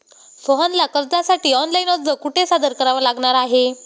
सोहनला कर्जासाठी ऑनलाइन अर्ज कुठे सादर करावा लागणार आहे?